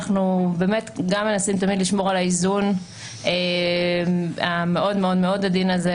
אנחנו באמת מנסים תמיד לשמור על האיזון המאוד עדין הזה,